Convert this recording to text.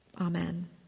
Amen